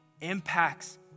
impacts